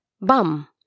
bum